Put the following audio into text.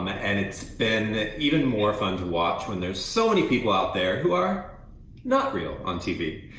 um and it's been even more fun to watch when there are so many people out there who are not real on tv.